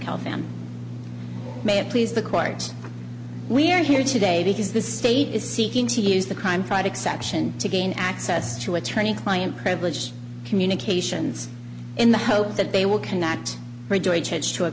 family may have please the court we are here today because the state is seeking to use the crime fraud exception to gain access to attorney client privilege communications in the hope that they will cannot rejoice heads to a